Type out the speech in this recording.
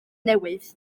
newydd